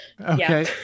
Okay